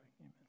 Amen